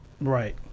Right